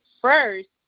first